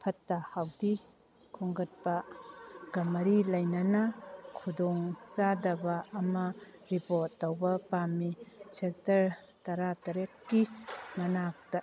ꯐꯠꯇ ꯍꯧꯗꯤ ꯈꯣꯝꯒꯠꯄꯒ ꯃꯔꯤ ꯂꯩꯅꯅ ꯈꯨꯗꯣꯡ ꯆꯥꯗꯕ ꯑꯃ ꯔꯤꯄꯣꯔꯠ ꯇꯧꯕ ꯄꯥꯝꯃꯤ ꯁꯦꯛꯇꯔ ꯇꯔꯥꯇꯔꯦꯠꯀꯤ ꯃꯅꯥꯛꯇ